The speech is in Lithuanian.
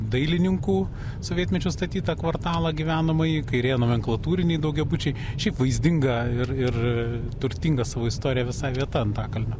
dailininkų sovietmečiu statytą kvartalą gyvenamąjį kairėje nomenklatūriniai daugiabučiai šiaip vaizdinga ir ir turtinga savo istorija visai vieta antakalnio